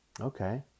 okay